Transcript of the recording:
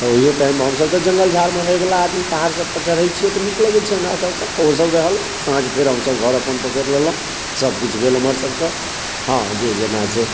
तऽ ओहिओ टाइममे हमसब तऽ जङ्गल झाड़मे रहैवला आदमी पहाड़सबपर चढ़ै छिए तऽ नीक लगै छै हमरासबके ओहोसब रहल साँझ फेर हमसब घर अपन पकड़ि लेलहुँ सबकिछु भेल हमर सबके हाँ जे जेना छै